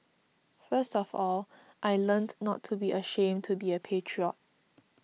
first of all I learnt not to be ashamed to be a patriot